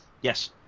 Yes